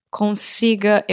consiga